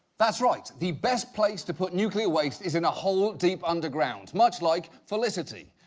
that's right. the best place to put nuclear waste is in a hole deep underground. much like felicity.